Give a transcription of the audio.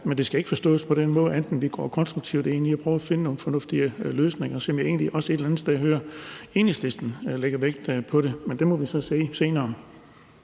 men det skal ikke forstås på anden måde, end at vi går konstruktivt ind i at prøve at finde nogle fornuftige løsninger, som jeg egentlig også hører Enhedslisten lægge vægt på. Men det må vi så se senere.